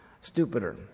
stupider